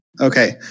Okay